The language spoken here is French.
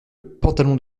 pantalon